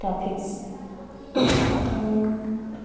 traffic আৰু